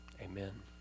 Amen